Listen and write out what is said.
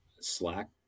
Slack